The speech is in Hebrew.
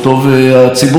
והציבור הישראלי,